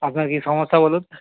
আপনার কী সমস্যা বলুন